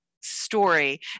story